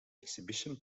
exhibition